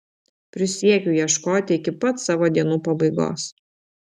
prisiekiu ieškoti iki pat savo dienų pabaigos